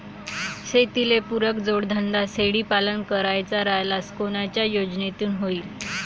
शेतीले पुरक जोडधंदा शेळीपालन करायचा राह्यल्यास कोनच्या योजनेतून होईन?